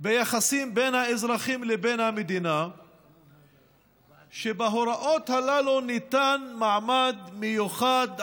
ביחסים בין האזרחים לבין המדינה כשבהוראות הללו ניתן מעמד מיוחד,